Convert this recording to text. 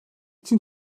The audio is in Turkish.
için